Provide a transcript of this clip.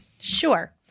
Sure